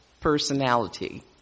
personality